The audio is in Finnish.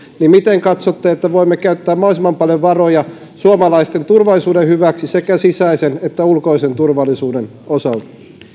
niin miten katsotte että voimme käyttää mahdollisimman paljon varoja suomalaisten turvallisuuden hyväksi sekä sisäisen että ulkoisen turvallisuuden osalta